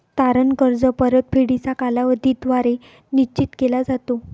तारण कर्ज परतफेडीचा कालावधी द्वारे निश्चित केला जातो